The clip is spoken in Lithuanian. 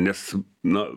nes na